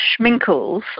schminkles